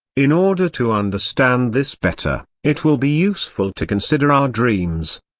in order to understand this better, it will be useful to consider our dreams.